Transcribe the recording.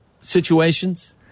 situations